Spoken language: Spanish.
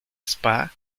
spa